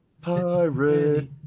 pirate